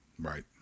Right